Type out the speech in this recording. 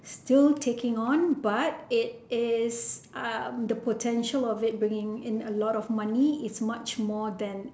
still taking on but it is uh the potential of it bringing in a lot of money is much more than